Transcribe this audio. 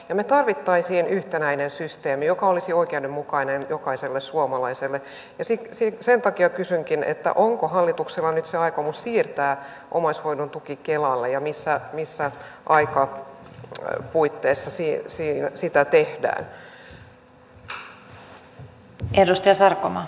nyt tarvittaisiin yhtenäinen systeemi joka olisi oikeudenmukainen jokaiselle puutteena valiokunta koki sen että onko hallituksella on itse aikomus siirtää omaishoidon tuki kelalle ja missä missä koira riittävää päätösten vaikutusarviointia ei ollut mahdollista saada